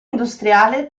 industriale